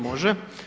Može.